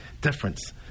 difference